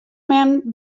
men